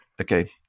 Okay